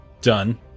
Done